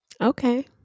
Okay